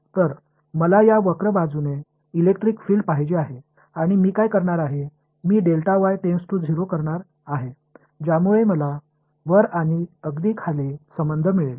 तर मला या वक्र बाजूने इलेक्ट्रिक फील्ड पाहिजे आहे आणि मी काय करणार आहे मी टेण्ड्स टू 0 करणार आहे ज्यामुळे मला वर आणि अगदी खाली संबंध मिळेल